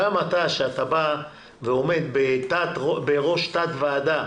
גם אתה שאתה בא ועומד בראש תת ועדה